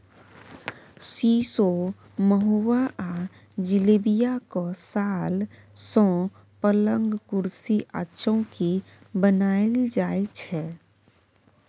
सीशो, महुआ आ जिलेबियाक साल सँ पलंग, कुरसी आ चौकी बनाएल जाइ छै